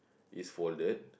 is folded